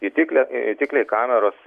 jutiklio jutikliai kameros